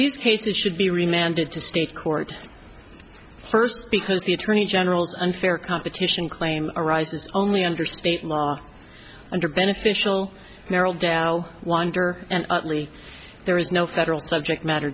these cases should be remembered to state court first because the attorney general's unfair competition claim arises only under state law under beneficial merrell dow winder and utley there is no federal subject matter